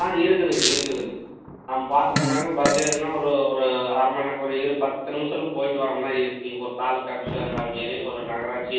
ஆ இருக்குதுங்க இருக்குதுங்க நம்ம பாத்தோம்னாங்க பஸ்ஸு ஏறினா ஒரு ஒரு அரை மணி நேரம் ஒரு இரு பத்து நிமிஷத்துல போய்விட்டு வர்ற மாதிரி இருக்குதுங்க ஒரு தாலுக்கா ஆஃபீஸாக இருந்தாலும் சரி ஒரு நகராட்சி